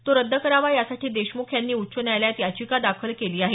तो रद्द करावा यासाठी देशमुख यांनी उच्च न्यायालयात याचिका दाखल केली आहे